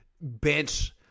bench